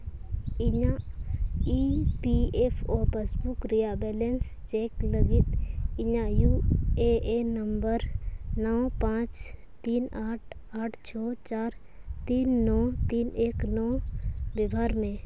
ᱤᱧᱟᱹᱜ E P F O passbook ᱨᱮᱭᱟᱜ balance check ᱞᱟᱹᱜᱤᱫ ᱤᱧᱟᱹᱜ ᱤᱭᱩ ᱮ ᱮᱱ ᱱᱚᱢᱵᱚᱨ ᱱᱚ ᱯᱟᱸᱪ ᱛᱤᱱ ᱟᱴ ᱟᱴ ᱪᱷᱚ ᱪᱟᱨ ᱛᱤᱱ ᱱᱚ ᱛᱤᱱ ᱮᱠ ᱱᱚ ᱵᱮᱵᱷᱟᱨ ᱢᱮ